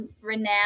renowned